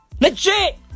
Legit